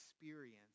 experience